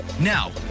Now